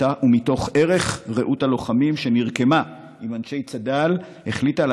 ומתוך ערך רעות הלוחמים שנרקמה עם אנשי צד"ל החליטה על